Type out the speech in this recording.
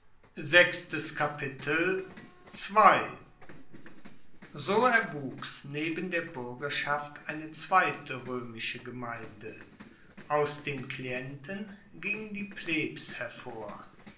so erwuchs neben der buergerschaft eine zweite roemische gemeinde aus den klienten ging die plebs hervor